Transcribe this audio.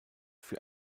für